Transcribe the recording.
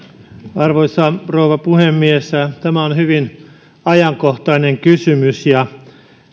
arvoisa rouva puhemies tämä on hyvin ajankohtainen kysymys ja